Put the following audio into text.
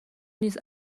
نیست